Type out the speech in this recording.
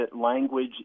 language